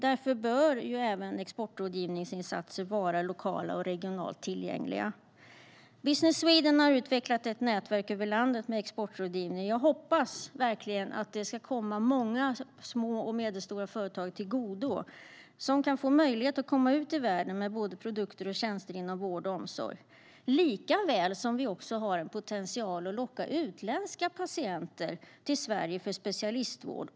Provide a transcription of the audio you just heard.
Därför bör även exportrådgivningsinsatser vara lokalt och regionalt tillgängliga. Business Sweden har utvecklat ett nätverk med exportrådgivning över landet. Jag hoppas att det ska komma många små och medelstora företag till godo så att de kan få möjlighet att komma ut i världen med både produkter och tjänster inom vård och omsorg. Vi har även en potential att locka utländska patienter till Sverige för specialistvård.